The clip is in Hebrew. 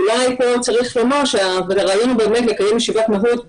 אולי פה צריך לומר שהרעיון הוא לקיים ישיבת מהו"ת,